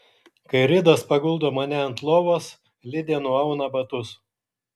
kai ridas paguldo mane ant lovos lidė nuauna batus